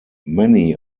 many